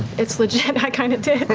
it's legit. i kind of did.